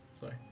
sorry